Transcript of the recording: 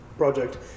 project